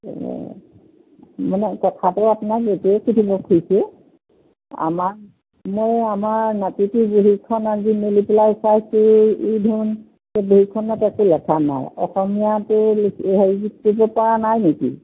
অঁ মানে কথাটো আপোনাক এইটোৱে সুধিব খুজিছোঁ আমাৰ মানে আমাৰ নাতিটো আজি মেলি পেলাই চাইছোঁ ই দেখোন সেই বহীখনত একো লেখা নাই অসমীয়াটো হেৰি কৰিব পৰা নাই নেকি